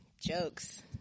Jokes